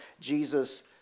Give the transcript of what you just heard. Jesus